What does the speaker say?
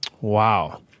Wow